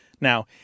Now